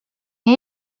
nii